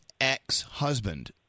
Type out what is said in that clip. ex-husband